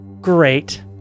great